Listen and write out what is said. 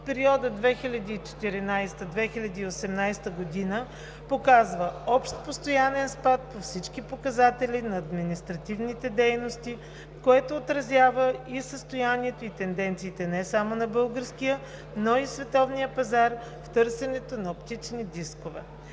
в периода 2014 – 2018 г. показва общ постоянен спад по всички показатели на административните дейности, което отразява и състоянието и тенденциите не само на българския, но и световния пазар в търсенето на оптични дискове.